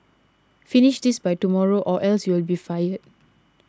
finish this by tomorrow or else you'll be fired